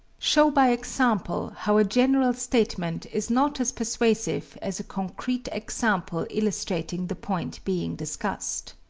show by example how a general statement is not as persuasive as a concrete example illustrating the point being discussed.